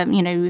um you know,